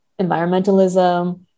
environmentalism